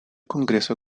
congreso